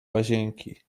łazienki